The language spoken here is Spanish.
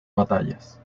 batallas